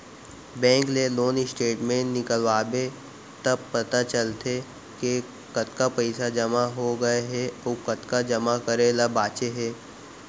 bank ले loan statement निकलवाबे त पता चलथे के कतका पइसा जमा हो गए हे अउ कतका जमा करे ल बांचे हे